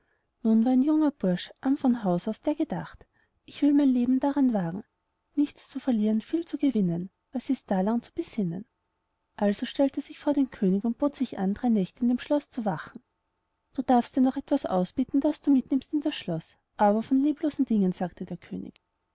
nun war ein junger bursch arm von haus aus der gedacht ich will mein leben daran wagen nichts zu verlieren viel zu gewinnen was ist da lang zu besinnen also stellt er sich vor den könig und bot sich an drei nächte in dem schloß zu wachen du darfst dir noch etwas ausbitten das du mitnimmst in das schloß aber von leblosen dingen sagte der könig